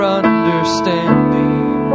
understanding